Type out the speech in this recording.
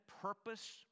purpose